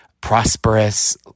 prosperous